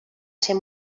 ser